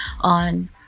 on